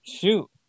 Shoot